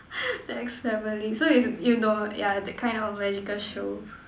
the X family so you you know that kind of magical show